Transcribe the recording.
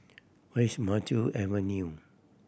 where is Maju Avenue